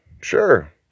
Sure